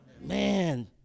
Man